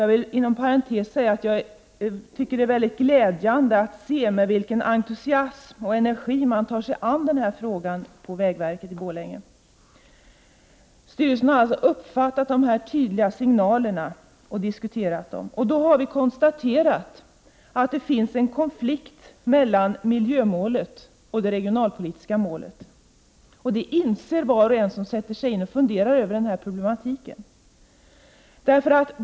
Jag vill inom parentes säga att jag tycker att det är glädjande att se med vilken entusiasm och energi man på vägverket i Borlänge tar sig an den här frågan. Styrelsen har alltså uppfattat de här tydliga signalerna och diskuterat dem. Vi har då konstaterat att det finns en konflikt mellan miljömålet och det regionalpolitiska målet, och det inser var och en som sätter sig in i och funderar över den här problematiken.